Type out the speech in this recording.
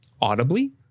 audibly